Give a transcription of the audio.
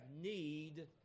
need